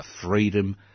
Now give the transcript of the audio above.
freedom